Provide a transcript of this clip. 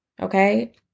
okay